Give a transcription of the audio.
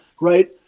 right